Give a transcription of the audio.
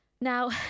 Now